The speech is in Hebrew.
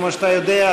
כמו שאתה יודע,